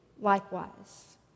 likewise